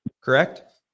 correct